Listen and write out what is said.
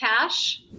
Cash